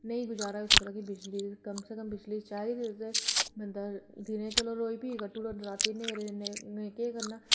नेईं गुजारा होई सकदा कि बिजली कम से कम बिजली चाहिदी ते दिनें चलो बंदा भी कट्टी ओड़ग पर रातीं न्हेरे केह् करना